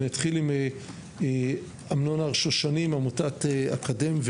ונתחיל עם אמנון הרשושנים מעמותת אקדם,